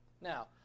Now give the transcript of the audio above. Now